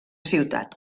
ciutat